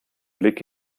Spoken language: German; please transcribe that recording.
blick